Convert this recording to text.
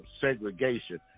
segregation